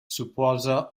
suposa